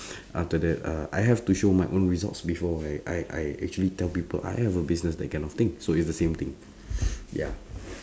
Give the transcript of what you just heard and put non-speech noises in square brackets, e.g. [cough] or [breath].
[breath] after that uh I have to show my own results before I I I actually tell people I have a business that kind of thing so it's the same thing ya